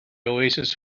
oasis